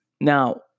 Now